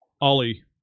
Ollie